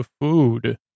food